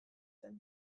zen